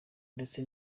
ndetse